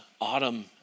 autumn